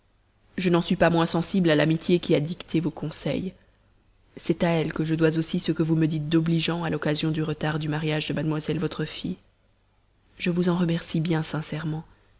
je n'en suis pas moins sensible à l'amitié qui a dicté vos conseils c'est à elle que je dois aussi ce que vous me dites d'obligeant à l'occasion du retard du mariage de mademoiselle votre fille je vous en remercie bien sincèrement